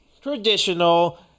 traditional